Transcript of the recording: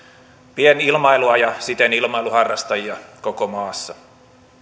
pienilmailua ja siten ilmailuharrastajia koko maassa